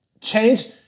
change